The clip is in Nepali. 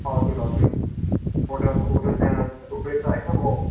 हजुर हजुर होटल होटल त्यहाँ थुप्रै छ होइन म